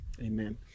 amen